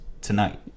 tonight